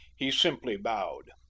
he simply bowed.